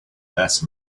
best